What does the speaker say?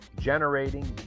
generating